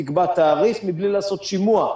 תקבע תעריף מבלי לעשות שימוע.